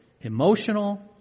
emotional